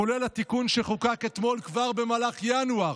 כולל התיקון שחוקק אתמול, כבר במהלך ינואר,